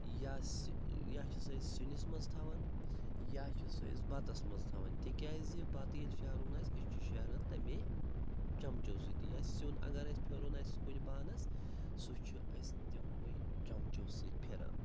یا چھِ یا چھِ سُہ أسۍ سِنِس منٛز تھاوَان یا چھِ سُہ أسۍ بَتَس منٛز تھاوَان تِکیٛازِ بَتہٕ ییٚلہِ شَہرُن آسہِ أسۍ چھِ شَہران تَمے چَمچو سۭتی یا سیُن اگر اَسہِ پھِیرُن آسہِ کُنہِ بانَس سُہ چھُ أسۍ تِموٕے چَمچو سۭتۍ پھِرَان